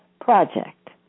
project